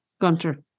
Gunter